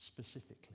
specifically